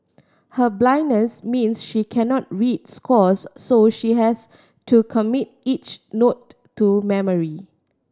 her blindness means she cannot read scores so she has to commit each note to memory